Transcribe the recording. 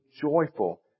joyful